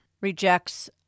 rejects